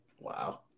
Wow